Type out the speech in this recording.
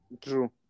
True